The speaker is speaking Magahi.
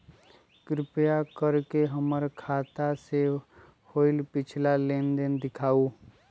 कृपा कर के हमर खाता से होयल पिछला पांच लेनदेन दिखाउ